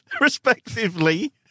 respectively